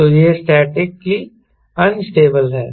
तो यह statically unstable है